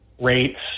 rates